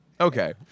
Okay